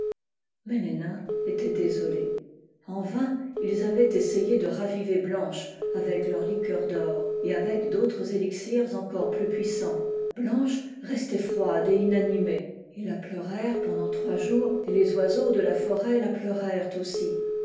mais les nains étaient désolés en vain ils avaient essayé de raviver blanche avec leur liqueur d'or et avec d'autres élixirs encore plus puissants blanche restait froide et inanimée ils la pleurèrent pendant trois jours et les oiseaux de la forêt la pleurèrent aussi